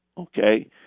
Okay